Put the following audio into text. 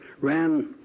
ran